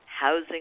housing